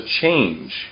change